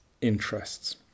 interests